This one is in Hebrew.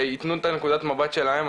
שיתנו את נקודת המבט שלהם.